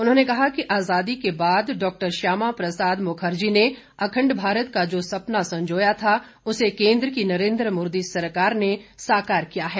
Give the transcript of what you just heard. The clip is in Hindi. उन्होंने कहा कि आजादी के बाद डॉक्टर श्यामा प्रसाद मुखर्जी ने अखंड भारत का जो सपना संजोया था उसे केंद्र की नरेंद्र मोदी सरकार ने साकार किया है